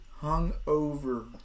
hungover